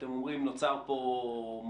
אתם אומרים שנוצר פה מונופול,